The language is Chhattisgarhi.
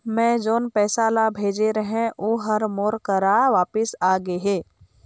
मै जोन पैसा ला भेजे रहें, ऊ हर मोर करा वापिस आ गे हे